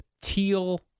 Teal